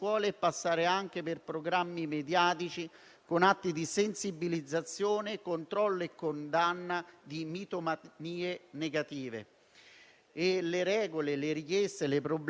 Le regole, le richieste e le problematiche si moltiplicano quando, nelle strutture antiviolenza, oltre alle donne vittime ci sono anche i figli.